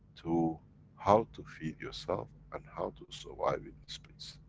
to how to feed yourself and how to survive in space.